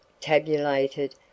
tabulated